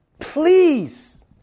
please